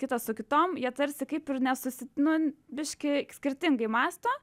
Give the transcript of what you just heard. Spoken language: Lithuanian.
kitas su kitom jie tarsi kaip ir nesusi nu biškį skirtingai mąsto